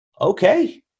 Okay